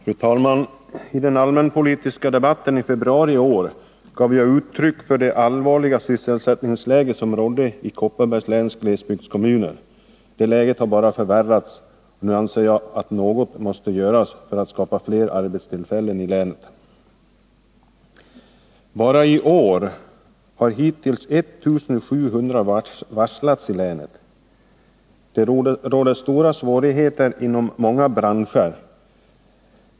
Fru talman! I den allmänpolitiska debatten i februari i år gav jag uttryck för min oro över det allvarliga sysselsättningsläge som rådde i Kopparbergs läns glesbygdskommuner. Det läget har bara förvärrats, och nu anser jag att något måste göras för att skapa fler arbetstillfällen i länet. Barai år har 1 700 anställda i länet varslats om uppsägning. Det råder stora svårigheter inom många branscher.